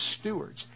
stewards